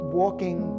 walking